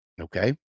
Okay